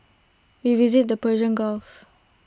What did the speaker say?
we visited the Persian gulf